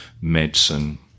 medicine